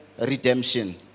redemption